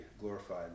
glorified